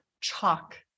chalk